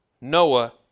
Noah